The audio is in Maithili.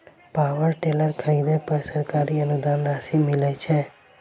पावर टेलर खरीदे पर सरकारी अनुदान राशि मिलय छैय?